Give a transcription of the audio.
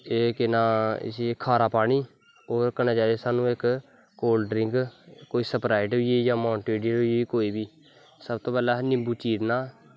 एह् केह् नांऽ इस्सी खारा पानी होर कन्नै चाही दी सानूं इक कोल्ड ड्रिंक कोई स्पराईट होई जां माउंटेंन डयू होई सबतो पैह्लैं असैं निम्बू चीरना